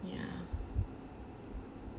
ya